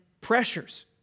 pressures